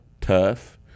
tough